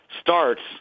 starts